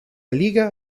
liga